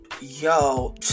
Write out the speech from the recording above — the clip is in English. yo